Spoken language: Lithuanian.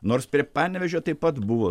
nors prie panevėžio taip pat buvo